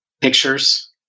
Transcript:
pictures